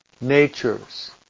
nature's